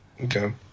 Okay